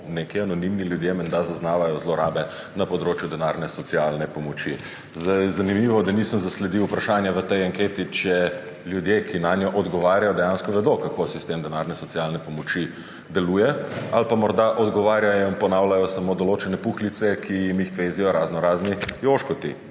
neki anonimni ljudje menda zaznavajo zlorabe na področju denarne socialne pomoči. Zanimivo, da nisem zasledil vprašanja v tej anketi, ali ljudje, ki nanjo odgovarjajo, dejansko vedo, kako sistem denarne socialne pomoči deluje, ali pa morda odgovarjajo in ponavljajo samo določene puhlice, ki jim jih tvezijo raznorazni jožkoti,